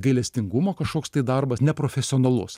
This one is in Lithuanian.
gailestingumo kažkoks tai darbas neprofesionalus